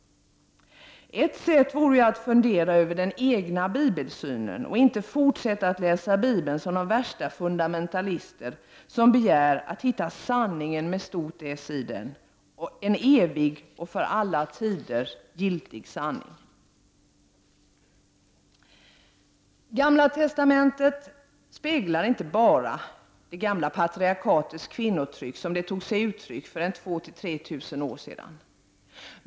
Ett vore ju att fundera över den egna bibelsynen och inte fortsätta att läsa Bibeln som de värsta fundamentalister som begär att hitta Sanningen i den — en evig och för alla tider giltig sanning. Gamla testamentet speglar inte bara det gamla patriarkatets kvinnoförtryck som det tog sig uttryck för 2000-3000 år sedan.